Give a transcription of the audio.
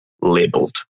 labeled